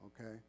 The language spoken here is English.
okay